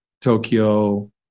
Tokyo